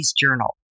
Journal